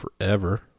forever